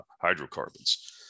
hydrocarbons